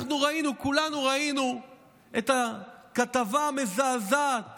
כולנו ראינו את הכתבה המזעזעת